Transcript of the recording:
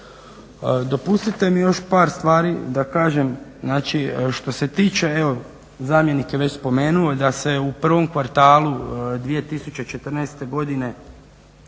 Dopustite mi još par stvari da kažem, znači što se tiče, evo zamjenik je već spomenuo da se u prvom kvartalu 2014. godine